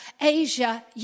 Asia